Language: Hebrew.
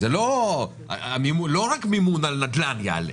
זה לא רק מימון על נדל"ן יעלה,